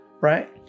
Right